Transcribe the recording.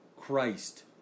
Christ